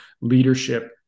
leadership